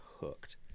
hooked